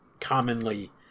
commonly